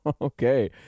Okay